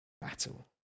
battle